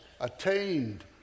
attained